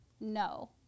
no